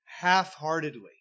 half-heartedly